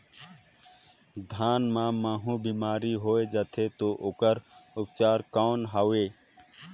धान मां महू बीमारी होय जाथे तो ओकर उपचार कौन हवे?